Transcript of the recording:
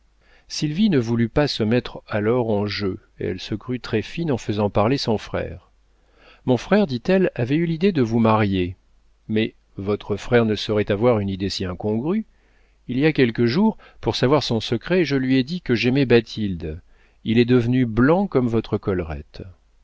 sylvie ne voulut pas se mettre alors en jeu elle se crut très fine en faisant parler son frère mon frère dit-elle avait eu l'idée de vous marier mais votre frère ne saurait avoir une idée si incongrue il y a quelques jours pour savoir son secret je lui ai dit que j'aimais bathilde il est devenu blanc comme votre collerette